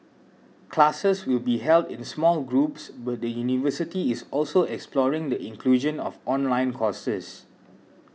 classes will be held in small groups but the university is also exploring the inclusion of online courses